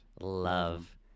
Love